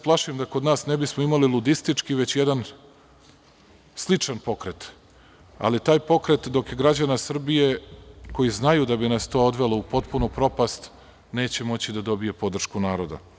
Plašim se da kod nas ne bismo imali ludistički već jedan sličan pokret, ali taj pokret, dok je građana Srbije koji znaju da bi nas to odvelo u propast, neće moći da dobije podršku naroda.